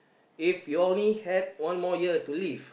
if you only had one more year to live